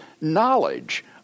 knowledge